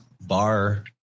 Bar